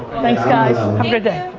thanks guys.